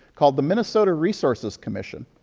called the minnesota resources commission,